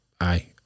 Aye